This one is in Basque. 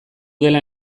dela